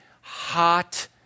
hot